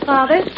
Father